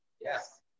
Yes